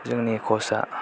जोंनि खस आ